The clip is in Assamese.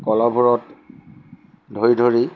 কলহবোৰত ধৰি ধৰি